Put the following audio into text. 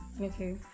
Okay